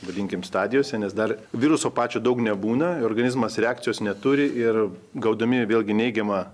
vadinkim stadijose nes dar viruso pačio daug nebūna organizmas reakcijos neturi ir gaudami vėlgi neigiamą